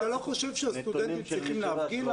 אתה לא חושב שהסטודנטים צריכים להפגין,